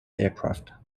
aircraft